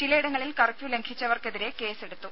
ചിലയിടങ്ങളിൽ കർഫ്യൂ ലംഘിച്ചവർക്കെതിരെ കേസെടുത്തു